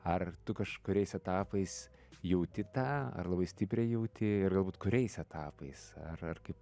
ar tu kažkuriais etapais jauti tą ar labai stipriai jauti ir galbūt kuriais etapais ar ar kaip